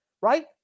right